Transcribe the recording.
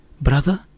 brother